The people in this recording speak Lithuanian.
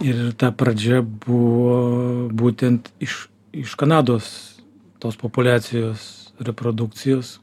ir ta pradžia buvo būtent iš iš kanados tos populiacijos reprodukcijos